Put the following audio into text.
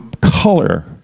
color